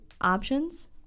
options